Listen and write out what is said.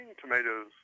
tomatoes